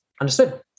Understood